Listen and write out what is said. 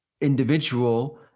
individual